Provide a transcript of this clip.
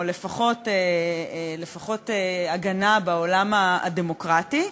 או לפחות הגנה בעולם הדמוקרטי,